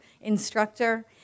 instructor